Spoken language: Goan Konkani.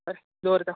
हय दवरतां